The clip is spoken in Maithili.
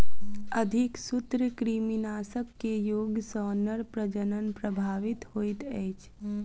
अधिक सूत्रकृमिनाशक के उपयोग सॅ नर प्रजनन प्रभावित होइत अछि